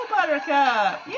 Buttercup